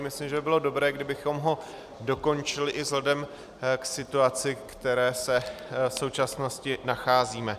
Myslím, že by bylo dobré, kdybychom ho dokončili i vzhledem k situaci, ve které se v současnosti nacházíme.